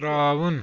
ترٛاوُن